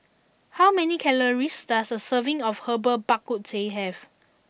how many calories does a serving of Herbal Bak Ku Teh have